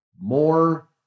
more